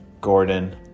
Gordon